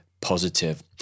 positive